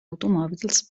automòbils